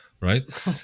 right